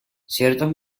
ciertos